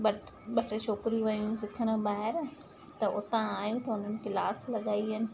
but ॿ टे छोकरियूं वियूं सिखण ॿाहिरि त उतां आयूं त उन्हनि क्लास लगाई आहिनि